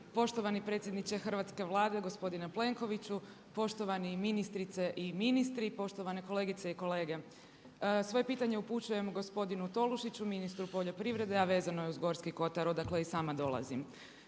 Poštovani predsjedniče hrvatske Vlade, gospodine Plenkoviću, poštovani ministrice i ministri, poštovane kolegice i kolege. Svoje pitanje upućujem gospodinu Tolušiću, ministru poljoprivrede, a vezano je uz Gorski kotar odakle i sama dolazim.